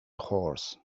horse